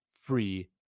free